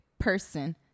person